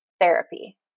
Therapy